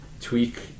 tweak